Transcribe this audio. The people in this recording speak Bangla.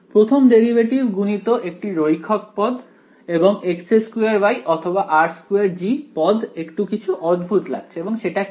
প্রথম ডেরিভেটিভ গুণিত একটি রৈখিক পদ এবং x2y অথবা r2G পদ একটু কিছু অদ্ভুত লাগছে এবং সেটা কি